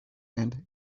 and